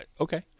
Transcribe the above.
okay